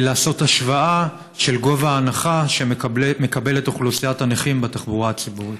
לעשות השוואה של ההנחה שאוכלוסיית הנכים מקבלת בתחבורה הציבורית.